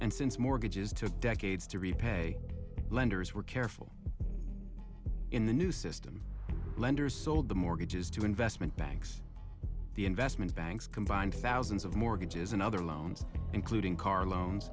and since mortgages took decades to repay lenders were careful in the new system lenders sold the mortgages to investment banks the investment banks combined thousands of mortgages and other loans including car loans